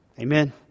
Amen